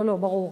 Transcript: לא, לא, ברור.